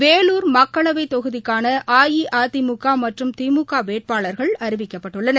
வேலூர் மக்களவைத் தொகுதிக்கானஅஇஅதிமுகமற்றும் திமுகவேட்பாளர்கள் அறிவிக்கப்பட்டுள்ளனர்